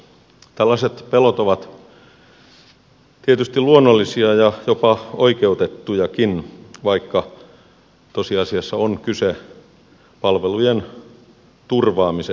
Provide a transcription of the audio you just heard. tällaiset pelot ovat tietysti luonnollisia ja jopa oikeutettujakin vaikka tosiasiassa on kyse palvelujen turvaamisesta